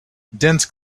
dense